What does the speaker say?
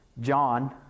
John